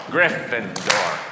Gryffindor